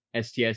sts